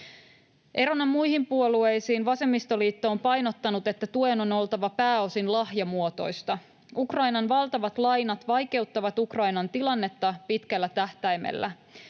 Erona muihin puolueisiin vasemmistoliitto on painottanut, että tuen on oltava pääosin lahjamuotoista. Ukrainan valtavat lainat vaikeuttavat Ukrainan tilannetta pitkällä tähtäimellä: